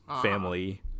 family